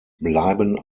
bleiben